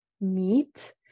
meat